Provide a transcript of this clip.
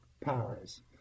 powers